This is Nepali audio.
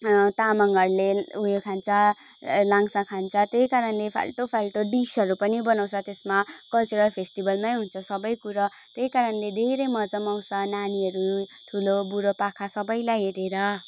तामङहरूले उयो खान्छ लाङसा खान्छ त्यही कारणले फाल्टो फाल्टो डिसहरू पनि बनाउँछ त्यसमा कल्चरल फेस्टिभलमै हुन्छ सबै कुरा त्यही कारणले धेरै मजा पनि आउँछ नानीहरू ठुलो बुढो पाका सबैलाई हेरेर